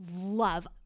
love